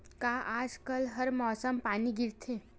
का आज कल हर मौसम पानी गिरथे?